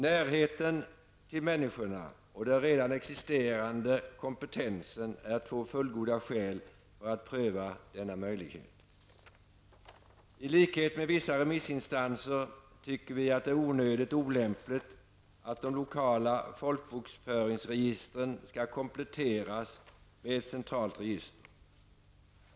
Närheten till människorna och den redan existerande kompetensen är två fullgoda skäl för att pröva denna möjlighet. I likhet med vissa remissinstanser tycker vi att det är onödigt och olämpligt att de lokala folkbokföringsregistren skall kompletteras med ett centralt register.